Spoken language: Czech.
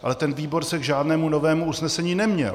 Ale ten výbor se k žádnému novému usnesení neměl.